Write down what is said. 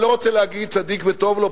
אני לא רוצה להגיד: צדיק וטוב לו,